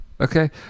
Okay